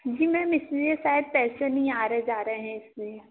जी ma'am इसलिए शायद पैसे नहीं आ रहे जा रहे हैं इसलिए